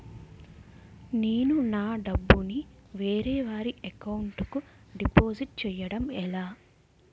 నేను నా డబ్బు ని వేరే వారి అకౌంట్ కు డిపాజిట్చే యడం ఎలా?